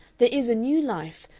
there is a new life,